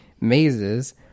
mazes